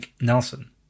Nelson